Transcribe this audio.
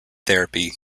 therapy